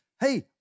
Hey